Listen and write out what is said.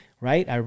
right